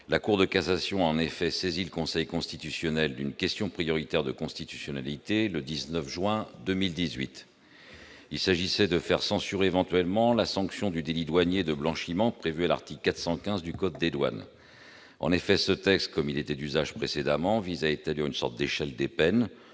La Cour de cassation a en effet saisi le Conseil constitutionnel d'une question prioritaire de constitutionnalité le 19 juin 2018. Il s'agissait de faire éventuellement censurer la sanction du délit douanier de blanchiment prévue à l'article 415 du code des douanes. En effet, ce texte, comme il était d'usage précédemment, vise à établir une sorte d'échelle des peines,